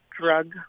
drug